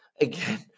again